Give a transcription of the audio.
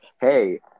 hey